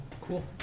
cool